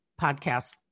podcast